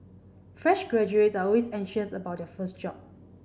fresh graduates are always anxious about their first job